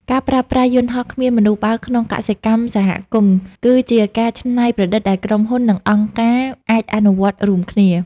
ការប្រើប្រាស់យន្តហោះគ្មានមនុស្សបើកក្នុងកសិកម្មសហគមន៍ គឺជាការច្នៃប្រឌិតដែលក្រុមហ៊ុន និងអង្គការអាចអនុវត្តរួមគ្នា។